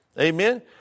Amen